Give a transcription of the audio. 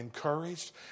encouraged